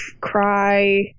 cry